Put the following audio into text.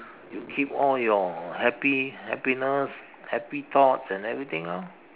you keep all your happi~ happiness happy thoughts and everything orh